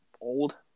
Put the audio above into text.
old